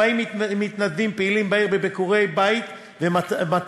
40 מתנדבים פעילים בעיר בביקורי בית ומתן